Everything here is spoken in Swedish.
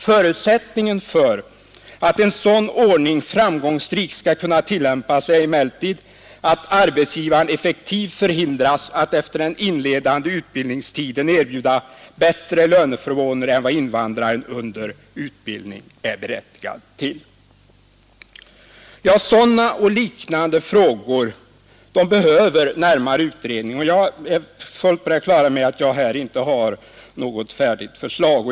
Förutsättningen för att en sådan ordning framgångsrikt skall kunna tillämpas är emellertid att arbetsgivaren effektivt förhindras att efter den inledande utbildningstiden erbjuda bättre löneförmåner än invandrare under utbildningen är berättigad till. Ja, sådana och liknande frågor behöver närmare utredning, och jag är fullt på det klara med att jag här inte har något färdigt förslag.